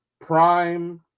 Prime